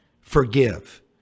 forgive